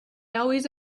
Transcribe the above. always